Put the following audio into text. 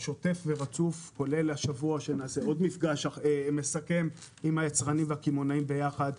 כולל השבוע שגם נעשה מפגש מסכם עם היצרנים והקמעונאים יחד,